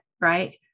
right